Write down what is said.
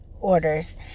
orders